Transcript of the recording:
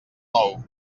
nou